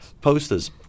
posters